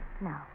No